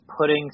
putting